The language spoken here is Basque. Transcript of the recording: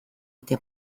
eta